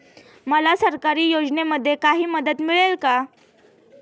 मला सरकारी योजनेमध्ये काही मदत मिळेल का?